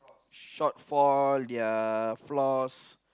shortfall their flaws